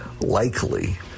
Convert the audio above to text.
likely